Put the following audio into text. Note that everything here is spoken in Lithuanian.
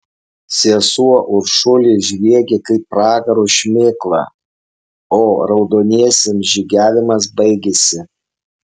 sesuo uršulė žviegė kaip pragaro šmėkla o raudoniesiems žygiavimas baigėsi